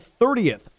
30th